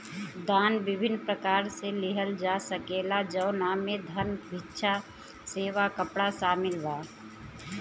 दान विभिन्न प्रकार से लिहल जा सकेला जवना में धन, भिक्षा, सेवा, कपड़ा शामिल बा